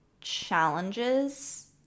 challenges